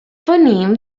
venim